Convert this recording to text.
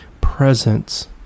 presence